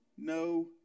No